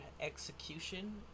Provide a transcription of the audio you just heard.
execution